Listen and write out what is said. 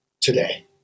today